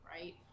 right